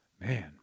Man